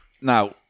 Now